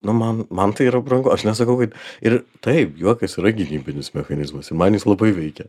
nu man man tai yra brangu aš nesakau kad ir taip juokas yra gynybinis mechanizmas ir man jis labai veikia